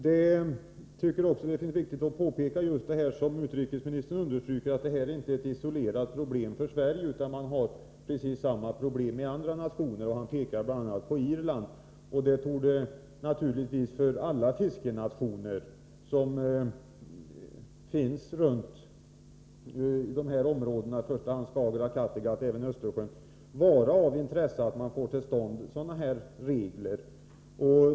Det är viktigt att påpeka, som också utrikesministern understryker, att detta inte är ett isolerat problem för Sverige utan att man har precis samma problem i andra nationer — utrikesministern nämner bl.a. Irland. Det är naturligtvis av intresse för alla fiskenationer i dessa områden — i första hand Skagerack, Kattegatt och även Östersjön — att man får till stånd regler.